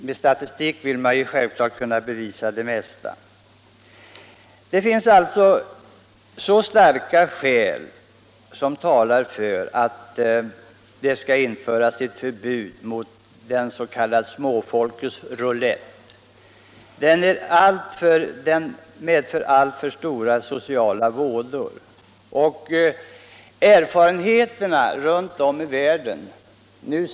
Med statistik kan man självfallet bevisa det mesta. Det finns alltså starka skäl som talar för att det skall införas ett förbud mot den s.k. småfolkets rulett, eftersom den medför alltför stora sociala vådor. Erfarenheterna runt om i världen går i samma riktning.